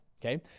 Okay